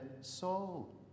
soul